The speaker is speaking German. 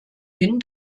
hin